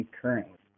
currently